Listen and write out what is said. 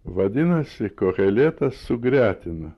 vadinasi koheletas sugretina